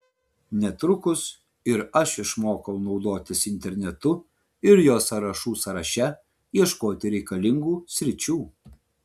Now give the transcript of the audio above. netrukus ir aš išmokau naudotis internetu ir jo sąrašų sąraše ieškoti reikalingų sričių